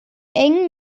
eng